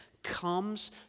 comes